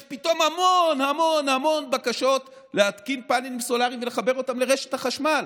המון המון המון בקשות להתקין פאנלים סולריים ולחבר אותם לרשת החשמל.